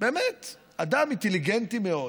באמת אדם אינטליגנטי מאוד,